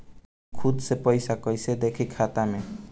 हम खुद से पइसा कईसे देखी खाता में?